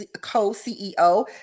co-CEO